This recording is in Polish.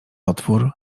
otwór